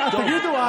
אז תגיד את זה.